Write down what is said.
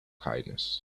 kindness